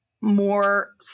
more